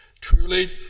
Truly